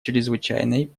чрезвычайной